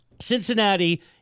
Cincinnati